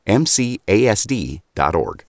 mcasd.org